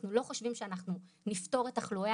אנחנו לא חושבים שאנחנו נפתור את תחלואי